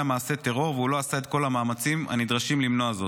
מעשה טרור והוא לא עשה את כל המאמצים הנדרשים למנוע זאת.